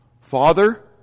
Father